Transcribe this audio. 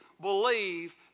believe